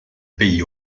pays